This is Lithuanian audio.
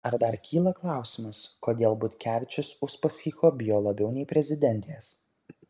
ar dar kyla klausimas kodėl butkevičius uspaskicho bijo labiau nei prezidentės